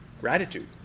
gratitude